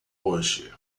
hoje